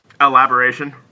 Elaboration